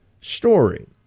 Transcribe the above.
story